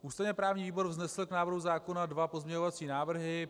Ústavněprávní výbor vznesl k návrhu zákona dva pozměňovací návrhy.